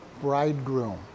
bridegroom